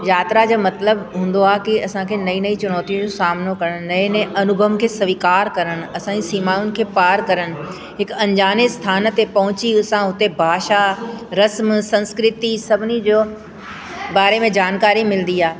यात्रा जो मतलबु हूंदो आहे के असां खे नई नई चुनोतीअ जो सामिनो करणु नऐ नऐ अनुभव खे सवीकार करणु आसंजी सीमाउनि खे पार करणु हिकु अनजाने स्थान ते पहुची असां उते भाषा रस्म संस्कृति सभिनी जो बारे में जानकारी मिलंदी आहे